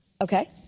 Okay